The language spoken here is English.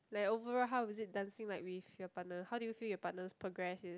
like overall how is it dancing like with your partner how you feel your partner progress is